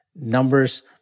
numbers